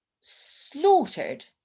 slaughtered